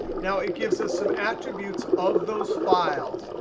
now it gives us some attributes of those files.